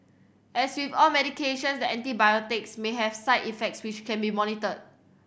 as with all medications the antibiotic may have side effects which can be monitored